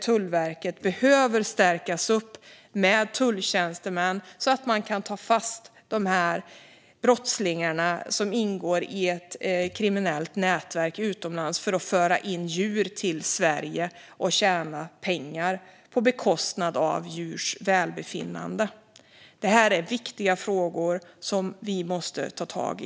Tullverket behöver förstärkas med tulltjänstemän för att kunna ta fast de brottslingar som ingår i ett kriminellt nätverk utomlands för att föra in djur till Sverige och tjäna pengar på bekostnad av djurs välbefinnande. Detta är viktiga frågor som vi måste ta tag i.